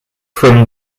from